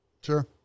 Sure